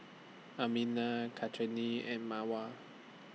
Aminah Kartini and Mawar